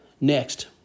Next